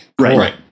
Right